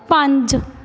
ਪੰਜ